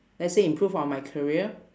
let's say improve on my career